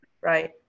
right